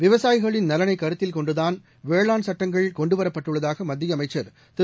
விவசாயிகளின் நலனை கருத்தில் கொண்டு தான் வேளாண் சட்டங்கள் கொண்டுவரப்பட்டுள்ளதாக மத்திய அமைச்சர் திரு